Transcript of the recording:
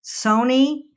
sony